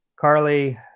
Carly